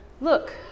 look